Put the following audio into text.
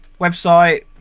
Website